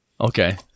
Okay